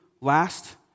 last